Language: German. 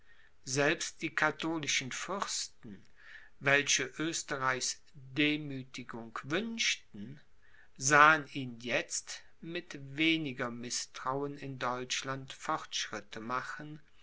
selbst die katholischen fürsten welche oesterreichs demüthigung wünschten sahen ihn jetzt mit weniger mißtrauen in deutschland fortschritte machen